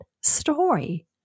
story